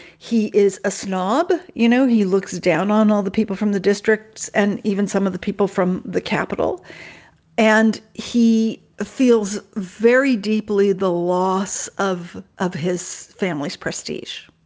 he is a snob. you know, he looks down on all the people from the districts and even some of the people from the capital and he feels very deeply the loss of of his family's prestige,